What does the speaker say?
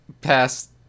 past